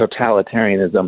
totalitarianism